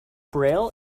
braille